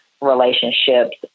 relationships